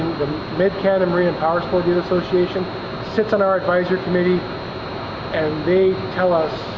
mid-canada marine and powersports association sits on our advisory committee and they tell us